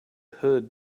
hood